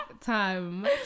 time